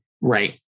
Right